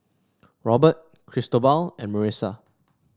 Robert Cristobal and Marissa